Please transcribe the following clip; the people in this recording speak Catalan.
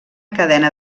cadena